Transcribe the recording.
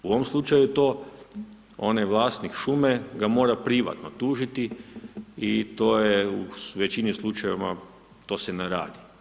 U ovom slučaju to onaj vlasnik šume ga mora privatno tužiti i to je u većini slučajeva to se ne radi.